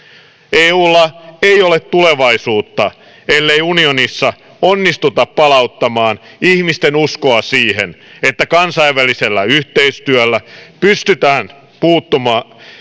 eulla ei ole tulevaisuutta ellei unionissa onnistuta palauttamaan ihmisten uskoa siihen että kansainvälisellä yhteistyöllä pystytään puuttumaan